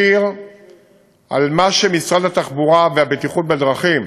ישירות על מה שמשרד התחבורה והבטיחות בדרכים